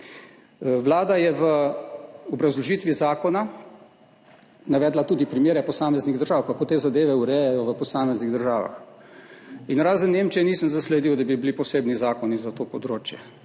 Vlada je v obrazložitvi zakona navedla tudi primere posameznih držav, kako te zadeve urejajo v posameznih državah. Razen Nemčije nisem zasledil, da bi bili posebni zakoni za to področje.